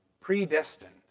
predestined